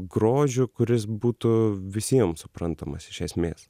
grožiu kuris būtų visiem suprantamas iš esmės